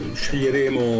sceglieremo